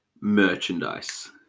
merchandise